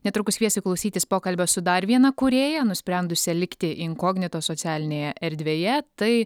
netrukus kviesiu klausytis pokalbio su dar viena kūrėja nusprendusia likti inkognito socialinėje erdvėje tai